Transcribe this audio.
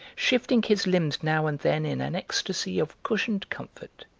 shifting his limbs now and then in an ecstasy of cushioned comfort.